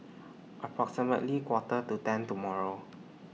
approximately Quarter to ten tomorrow